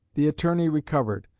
the attorney recovered,